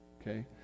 okay